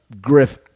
Griff